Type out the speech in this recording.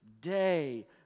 day